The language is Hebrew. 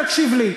תקשיב לי.